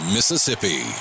Mississippi